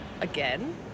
again